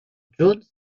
jones